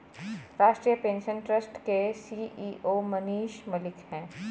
राष्ट्रीय pension trust के CEO Manish Malik है